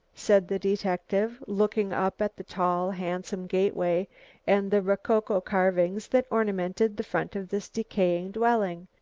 said the detective, looking up at the tall, handsome gateway and the rococo carvings that ornamented the front of this decaying dwelling.